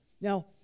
Now